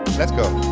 let's go.